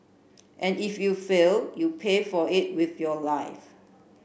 and if you fail you pay for it with your life